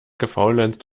gefaulenzt